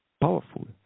powerful